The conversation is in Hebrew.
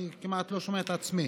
אני כמעט לא שומע את עצמי.